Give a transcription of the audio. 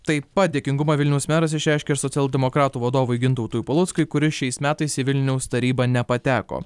taip pat dėkingumą vilniaus meras išreiškė ir socialdemokratų vadovui gintautui paluckui kuris šiais metais į vilniaus tarybą nepateko